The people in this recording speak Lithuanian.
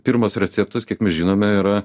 pirmas receptas kiek mes žinome yra